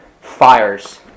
fires